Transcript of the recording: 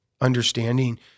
understanding